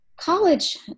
College